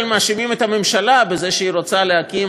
בדרך כלל מאשימים את הממשלה בזה שהיא רוצה להקים